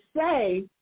say